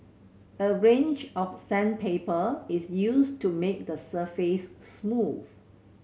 a range of sandpaper is used to make the surface smooth